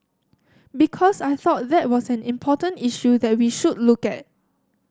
because I thought that was an important issue that we should look at